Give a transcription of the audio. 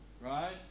right